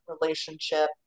relationship